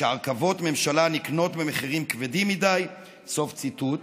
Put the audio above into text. שהרכבות ממשלה נקנות במחירים כבדים מדי?" סוף ציטוט.